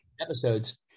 episodes